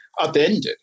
upended